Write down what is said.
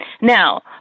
Now